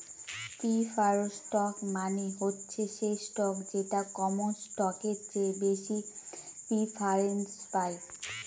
preferred stock মানে হচ্ছে সেই স্টক যেটা কমন স্টকের চেয়ে বেশি প্রিফারেন্স পায়